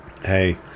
hey